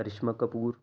Karishma Kapoor